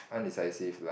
undecisive lah